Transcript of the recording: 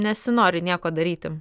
nesinori nieko daryti